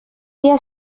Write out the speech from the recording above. dia